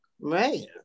Man